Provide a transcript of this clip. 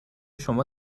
شما